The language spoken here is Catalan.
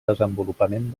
desenvolupament